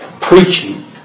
preaching